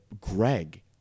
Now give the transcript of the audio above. Greg